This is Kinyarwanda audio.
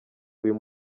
uyu